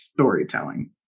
storytelling